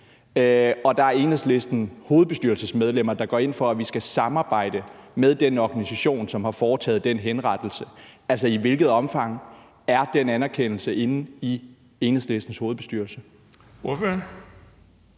Og der har Enhedslisten hovedbestyrelsesmedlemmer, der går ind for, at vi skal samarbejde med den organisation, som har foretaget den henrettelse. Altså, i hvilket omfang er den anerkendelse inde i Enhedslistens hovedbestyrelse?